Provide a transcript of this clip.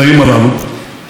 הקשבנו להם.